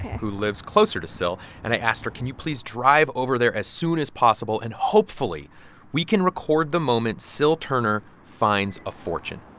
who lives closer to syl. and i asked her, can you please drive over there as soon as possible? and hopefully we can record the moment syl turner finds a fortune